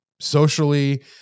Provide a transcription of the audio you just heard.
Socially